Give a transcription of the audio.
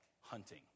hunting